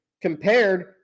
compared